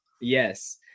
yes